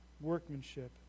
workmanship